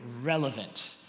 relevant